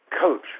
Coach